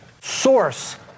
source